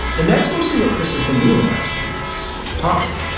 and that's mostly what chris has been doing the last few weeks, talking,